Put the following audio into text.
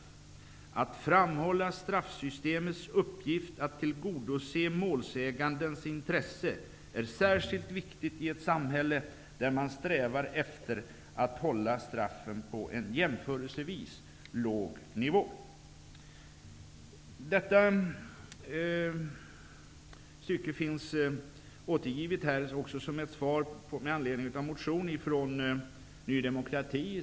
Att framhålla straffsystemets uppgift att tillgodose målsägandens intresse är särskilt viktigt i ett samhälle där man strävar efter att hålla straffen på en jämförelsevis låg nivå.'' Detta stycke är återgivet med anledning av en motion från Ny demokrati.